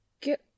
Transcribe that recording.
Get